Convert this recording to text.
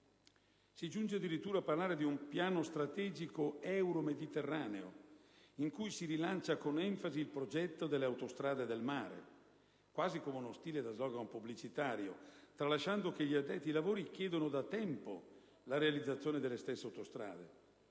Si giunge addirittura a parlare di un piano strategico euromediterraneo, in cui si rilancia con enfasi il progetto delle autostrade del mare, quasi con uno stile da slogan pubblicitario, tralasciando che gli addetti ai lavori chiedono da tempo la realizzazione delle stesse autostrade,